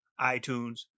iTunes